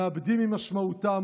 מאבדים ממשמעותם,